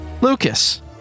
Lucas